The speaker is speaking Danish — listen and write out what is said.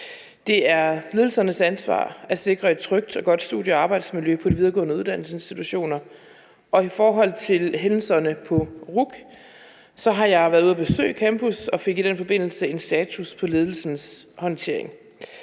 Det er ledelsernes ansvar at sikre et trygt og godt studie- og arbejdsmiljø på de videregående uddannelsesinstitutioner, og i forhold til hændelserne på RUC har jeg været ude og besøge campus og fik i den forbindelse en status på ledelsens håndtering.